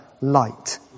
light